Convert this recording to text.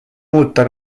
muuta